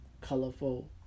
colorful